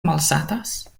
malsatas